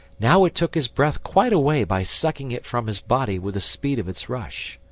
now it took his breath quite away by sucking it from his body with the speed of its rush.